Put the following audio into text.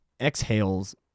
exhales